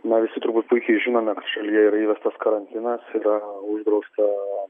na visi turbūt puikiai žinome kad šalyje yra įvestas karantinas yra uždrausta